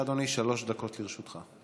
בבקשה, אדוני, שלוש דקות לרשותך.